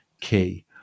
key